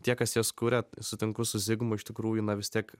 tie kas jas kuria sutinku su zigmu iš tikrųjų na vis tiek